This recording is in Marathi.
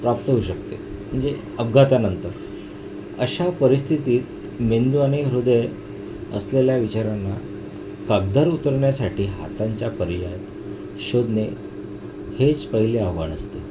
प्राप्त होऊ शकते म्हणजे अपघातनंतर अशा परिस्थितीत मेंदू आणि हृदय असलेल्या विचारांना कागदावर उतरण्यासाठी हातांच्या पर्याय शोधणे हेच पहिले आव्हान असते